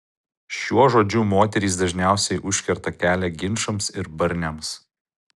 šiuo žodžiu moterys dažniausiai užkerta kelią ginčams ir barniams